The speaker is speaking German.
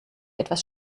etwas